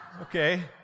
Okay